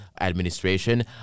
administration